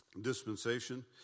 dispensation